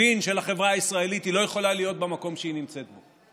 הבין שהחברה הישראלית לא יכולה להיות במקום שהיא נמצאת בו.